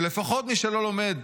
שלפחות מי שלא לומד